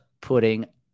putting